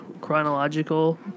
chronological